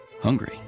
hungry